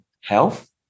health